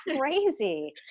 crazy